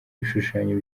bishushanyo